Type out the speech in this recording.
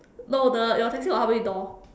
no the your taxi got how many door